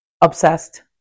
obsessed